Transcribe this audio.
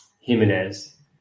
Jimenez